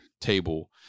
table